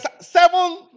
seven